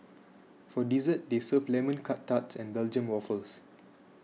for dessert they serve Lemon Curt Tarts and Belgium Waffles